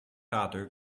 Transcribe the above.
other